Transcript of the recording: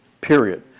period